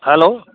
hello